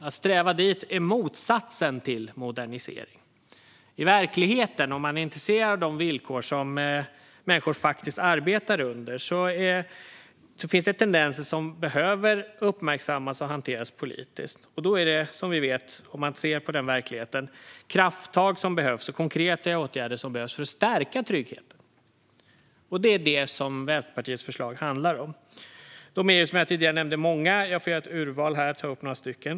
Att sträva dit är motsatsen till modernisering. I verkligheten - om man nu är intresserad av de villkor som människor faktiskt arbetar under - finns det tendenser som behöver uppmärksammas och hanteras politiskt. Som vi vet behövs det krafttag och konkreta åtgärder för att stärka tryggheten. Det är detta Vänsterpartiets förslag handlar om. Våra förslag är många, som jag tidigare nämnde, så jag får göra ett urval och ta upp några stycken.